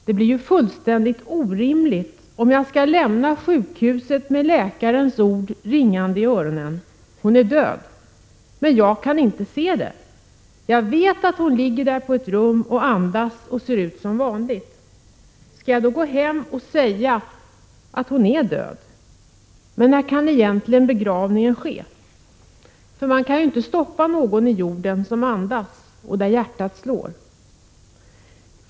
Det blir ju fullständigt orimligt om jag skall lämna sjukhuset med läkarens ord ”hon är död” ringande i öronen, trots att jag inte kan se det. Jag vet ju att hon ligger där på ett rum och andas och ser ut som vanligt. Skall jag då gå hem och säga att hon är död? När kan egentligen begravningen ske? Man kan ju inte stoppa någon i jorden som andas och där hjärtat slår.